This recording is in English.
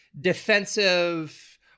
defensive